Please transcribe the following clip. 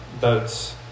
Boats